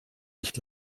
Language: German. nicht